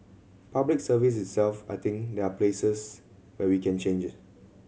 Public Service itself I think there are places where we can change